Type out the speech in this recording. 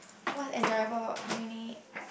what enjoyable about uni